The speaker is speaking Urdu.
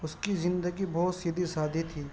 اس کی زندگی بہت سیدھی سادی تھی